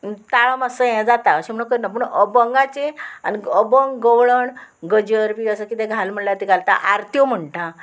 ताळो मातसो हें जाता अशें म्हणून करना पूण अभंगाचें आनी अभंग गवळण गजर बी असो कितें घाल म्हळ्यार ती घालता आरत्यो म्हणटा